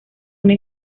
una